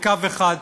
לקו אחד,